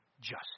justice